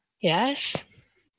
Yes